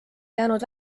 jäänud